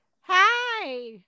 hi